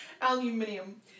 Aluminium